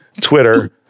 Twitter